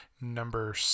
Number